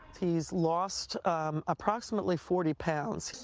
he's lost approximately forty pounds.